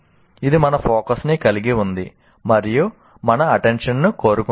ఇది మన ఫోకస్ ని కలిగి ఉంది మరియు మన అటెంషన్ ని కోరుతుంది